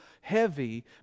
heavy